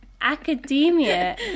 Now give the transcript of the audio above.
academia